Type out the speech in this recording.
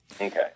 Okay